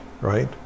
right